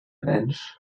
bench